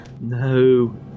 No